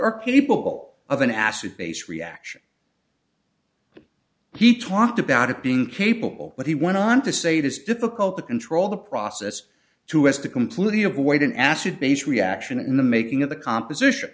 are capable of an acid base reaction he talked about it being capable but he went on to say it is difficult to control the process too as to completely avoid an acid base reaction in the making of the composition